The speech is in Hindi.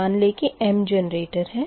मान लें की m जेनरेटर है